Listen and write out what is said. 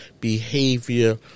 behavior